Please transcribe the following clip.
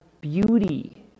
beauty